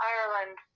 Ireland